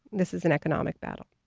this is an economic battle.